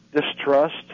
distrust